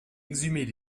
exhumer